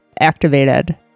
activated